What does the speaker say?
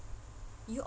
you all